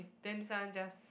then this one just